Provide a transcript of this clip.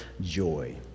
joy